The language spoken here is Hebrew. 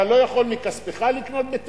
אתה לא יכול לקנות מכספך בתל-אביב,